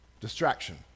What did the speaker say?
Distraction